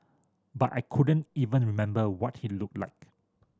but I couldn't even remember what he looked like